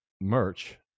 merch